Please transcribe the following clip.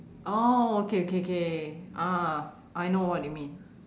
oh okay okay ah I know what you mean